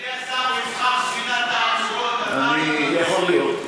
אדוני השר, ספינת תענוגות, אני, יכול להיות.